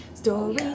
Story